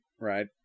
right